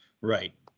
Right